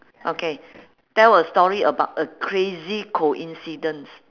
okay tell a story about a crazy coincidence